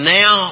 now